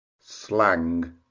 slang